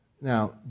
Now